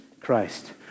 Christ